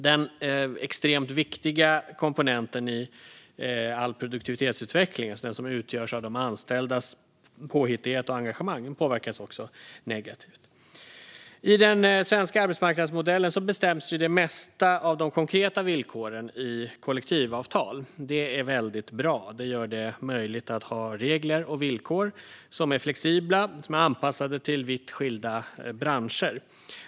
Den extremt viktiga komponent i all produktivitetsutveckling som utgörs av de anställdas påhittighet och engagemang påverkas negativt. I den svenska arbetsmarknadsmodellen bestäms det mesta av de konkreta villkoren i kollektivavtal. Det är väldigt bra. Det gör det möjligt att ha regler och villkor som är flexibla och anpassade till vitt skilda branscher.